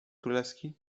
królewski